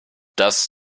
das